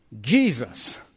Jesus